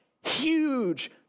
huge